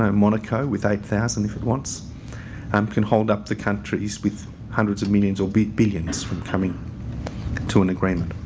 um monaco with eight thousand if it wants um can hold up the countries with hundreds of millions or billions from coming to an agreement.